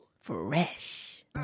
Fresh